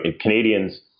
Canadians